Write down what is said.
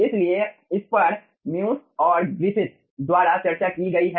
इसलिए इस पर मिओसिस और ग्रिफ़िथ द्वारा चर्चा की गई है